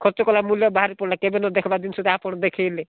ଖର୍ଚ୍ଚ କଲା ମୂଲ୍ୟ ବାହାରି ପଡ଼ିଲା କେବେ ନ ଦେଖିବା ଜିନିଷ ଟା ଆପଣ ଦେଖାଇଲେ